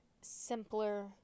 simpler